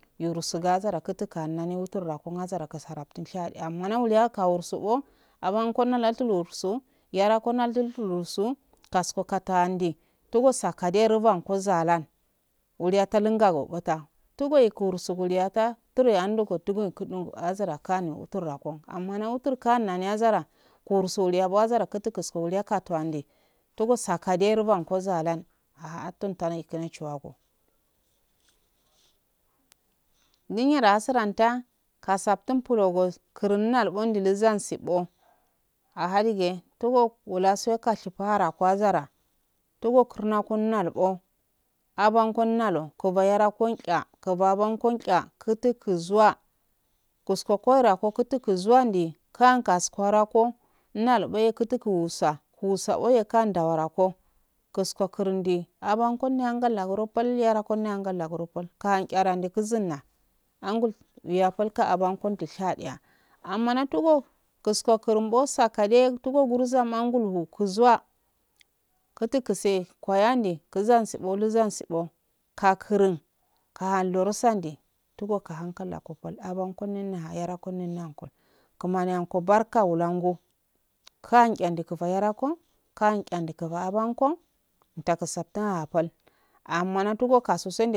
Numbo losor lurusar takannami ndi kiza wawya kuskon di kuto kurusu uyaraku wane waza kurun wuliyarta sigak kal sigabo kutu shiram sendi kura sendimi quya atuza kuran iyo tuza wuron tan yaraku wane uyarda abunkun rashidu uyorta abanau rashidu kutukas kudondi ulsaftin hara kun kutu kusi chi rantanan wuligan sirip trato dot tawaliya ah wularto maminga bulogonse ah bulogonse warda karsoye whiyoida rashidu abanda asaftin kutukusundi yazara kutukurso katu kawursundi dasi kannani utaka kurna kanide zakurso plogulum paseki sugabo ngosko plogum halandi dasi wanko nan nafaga gorotaku tulo unsiplogol fituna nde kasko ndi fituna ndekaskondo fitna tabuchita karagobe kani utur bulungu munna fugurabo wutanagoi koni utur bulongu munna fugarabo wutar nagoi komi shadiya lufto kutun shiya zara kutuskusko kuliyaram maminga kursubokutun ansakurso wazara kuto kusko wahi kaska handi sakada ruban go zahan kursuhi yatan lorusande lasanguzaran tugoi bazanga karsoliyata kazangodi aha wazango azara kutu kusese kutu kal abo xidan kutukal kursuli miladannan dangulme atuwuliyarta wanga azara minchitako yisko ye tole yatonde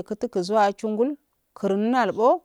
yeto yistu yataran tanda abndan.